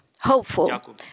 hopeful